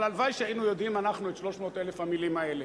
אבל הלוואי שהיינו יודעים אנחנו את 300,000 המלים האלה.